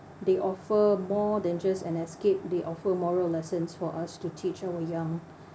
they offer more than just an escape they offer moral lessons for us to teach our young